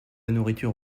nourriture